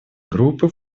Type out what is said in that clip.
группы